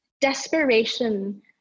desperation